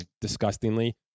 disgustingly